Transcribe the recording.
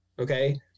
Okay